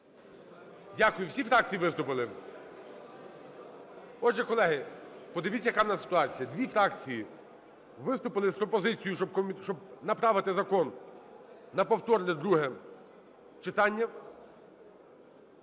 Дякую. Всі фракції виступили? Отже, колеги, подивіться, яка у нас ситуація: дві фракції виступили з пропозицією, щоб направити закон на повторне друге читання,